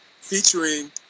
featuring